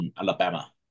Alabama